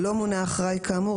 לא מונה אחראי כאמור,